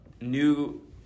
New